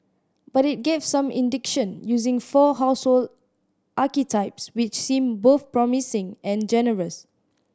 but it gave some indication using four household archetypes which seem both promising and generous